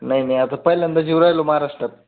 नाही नाही आता पहिल्यांदाच येऊन राहिलो महाराष्ट्रात